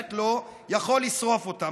שייכת לו יכול לשרוף אותה.